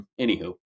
anywho